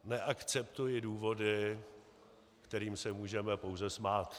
Neakceptuji důvody, kterým se můžeme pouze smát.